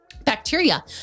bacteria